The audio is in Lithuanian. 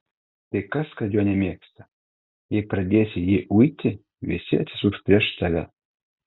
tai kas kad jo nemėgsta jei pradėsi jį uiti visi atsisuks prieš tave